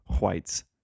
whites